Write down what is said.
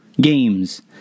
games